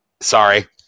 sorry